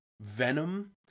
venom